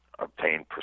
obtain